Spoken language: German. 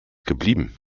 geblieben